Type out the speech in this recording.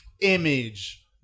Image